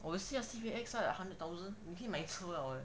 sibeh expensive hundred thousand 你可以买车 liao eh